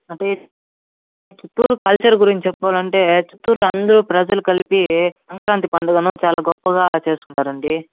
Chittoor culture గురించి చెప్పుకోవలంటే చిత్తూరులో అందరు ప్రజలు కలిపి సంక్రాంతి పండుగను చాలా గొప్పగా చేసుకుంటారండి